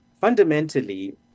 Fundamentally